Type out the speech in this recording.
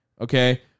Okay